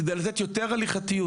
כדי לתת יותר הליכתיות,